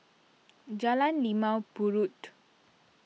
Jalan Limau Purut